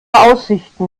aussichten